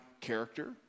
character